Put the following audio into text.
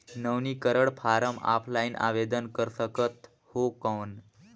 नवीनीकरण form offline आवेदन कर सकत हो कौन?